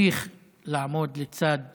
ונמשיך לעמוד לצד